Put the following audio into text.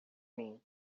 mim